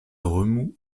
remous